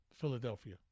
Philadelphia